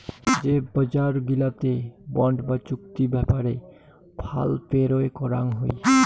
যে বজার গিলাতে বন্ড বা চুক্তি ব্যাপারে ফাল পেরোয় করাং হই